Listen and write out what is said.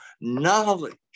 knowledge